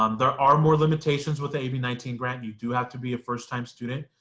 um there are more limitations with ab nineteen grant, you do have to be a first-time student,